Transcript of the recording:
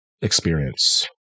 experience